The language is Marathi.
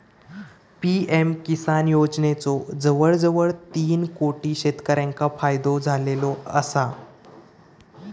पी.एम किसान योजनेचो जवळजवळ तीन कोटी शेतकऱ्यांका फायदो झालेलो आसा